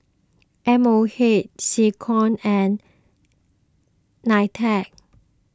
M O H SecCom and Nitec